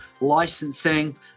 licensing